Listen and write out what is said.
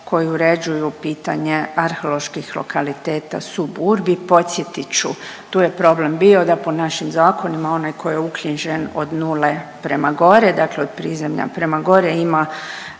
koji uređuju pitanje arheoloških lokalitita suburbi. Podsjetit ću, tu je problem bio da po našim zakonima onaj ko je uknjižen od nule prema gore, dakle od prizemlja prema gore ima